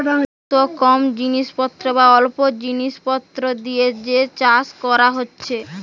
বহুত কম জিনিস পত্র বা অল্প জিনিস পত্র দিয়ে যে চাষ কোরা হচ্ছে